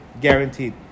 Guaranteed